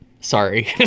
Sorry